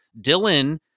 Dylan